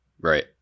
Right